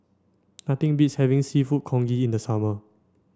nothing beats having Seafood Congee in the summer